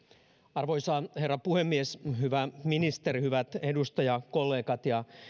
arvoisa herra puhemies hyvä ministeri hyvät edustajakollegat ja